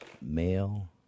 male